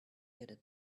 bearded